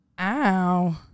Ow